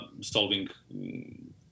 solving